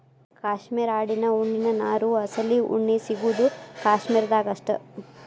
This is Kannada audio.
ಕ್ಯಾಶ್ಮೇರ ಆಡಿನ ಉಣ್ಣಿಯ ನಾರು ಅಸಲಿ ಉಣ್ಣಿ ಸಿಗುದು ಕಾಶ್ಮೇರ ದಾಗ ಅಷ್ಟ